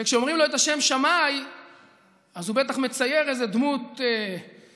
וכשאומרים לו את השם שמאי אז הוא בטח מצייר איזו דמות קשה.